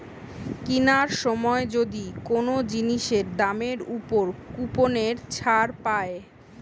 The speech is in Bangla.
কিনার সময় যদি কোন জিনিসের দামের উপর কুপনের ছাড় পায়